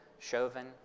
Chauvin